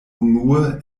unue